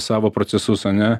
savo procesus ane